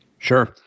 Sure